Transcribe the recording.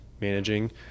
managing